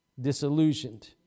Disillusioned